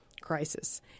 crisis